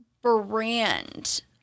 brand